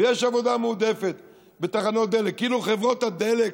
ויש עבודה מועדפת בתחנות הדלק, כאילו חברות הדלק,